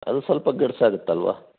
ಅದು ಸ್ವಲ್ಪ ಗಡ್ಸು ಆಗುತ್ತಲ್ವಾ